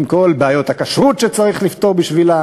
עם כל בעיות הכשרות שצריך לפתור בשבילם